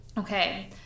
Okay